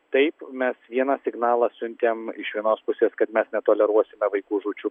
taip mes vieną signalą siuntėm iš vienos pusės kad mes netoleruosime vaikų žūčių